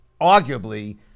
arguably